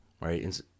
right